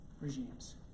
regimes